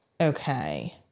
Okay